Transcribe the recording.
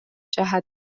جهت